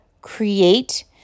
create